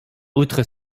outre